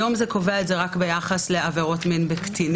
היום זה קובע את זה רק ביחס לעבירות מין בקטינים.